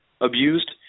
abused